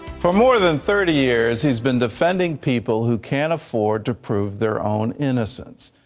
for more than thirty years, he has been defending people who can't afford to prove their own innocence.